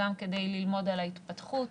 גם כדי ללמוד על ההתפתחות